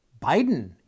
Biden